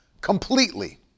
completely